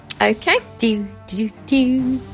okay